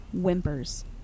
whimpers